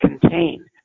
contain